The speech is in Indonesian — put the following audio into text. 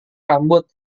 rambut